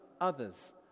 others